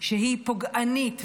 שהיא פוגענית,